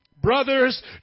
Brothers